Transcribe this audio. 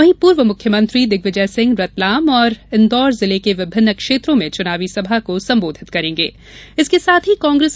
वहीं पूर्व मुख्यमंत्री दिग्विजय सिंह रतलाम और इन्दौर जिले के विभिन्न क्षेत्रों में चुनावी सभा को संबोधित करेंगे